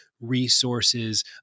resources